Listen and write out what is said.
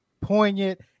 poignant